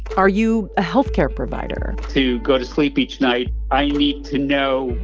are you a health care provider? to go to sleep each night, i need to know,